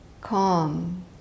calm